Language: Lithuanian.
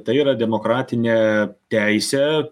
tai yra demokratinė teisė